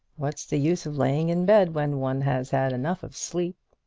what's the use of laying in bed when one has had enough of sleep?